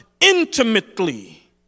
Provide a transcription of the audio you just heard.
intimately